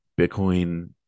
Bitcoin